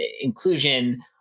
inclusion